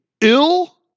ill